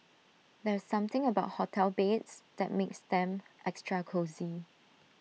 there's something about hotel beds that makes them extra cosy